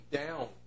down